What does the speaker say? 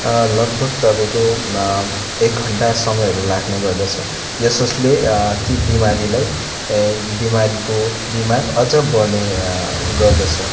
लगभग तपाईँको एक घन्टा समयहरू लाग्ने गर्दछ यसोस्ले ती बिमारीलाई ए बिमारीको बिमार अझ बढ्ने गर्दछ